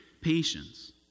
patience